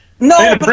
No